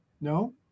no